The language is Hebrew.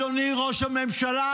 אדוני ראש הממשלה,